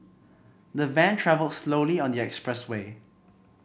the van travelled slowly on the expressway